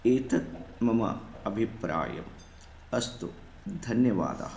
एतत् मम अभिप्रायः अस्तु धन्यवादः